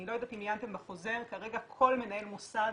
אני לא יודעת אם עיינתם בחוזר, כרגע כל מנהל מוסד